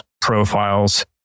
profiles